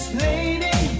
lady